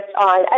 on